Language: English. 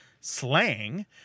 slang